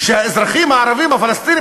שהאזרחים הערבים הפלסטינים,